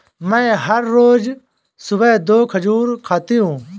मैं हर रोज सुबह दो खजूर खाती हूँ